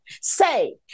say